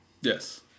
Yes